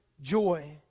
joy